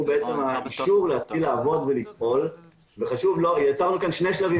התצהיר הוא בעצם האישור להתחיל לעבוד ולפעול ויצרנו כאן שני שלבים